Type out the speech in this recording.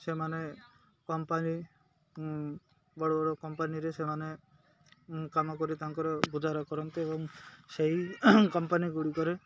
ସେମାନେ କମ୍ପାନୀ ବଡ଼ ବଡ଼ କମ୍ପାନୀରେ ସେମାନେ କାମ କରି ତାଙ୍କର ରୋଜଗାର କରନ୍ତି ଏବଂ ସେଇ କମ୍ପାନୀ ଗୁଡ଼ିକରେ